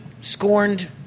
scorned